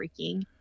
freaking